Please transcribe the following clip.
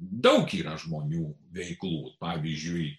daug yra žmonių veiklų pavyzdžiui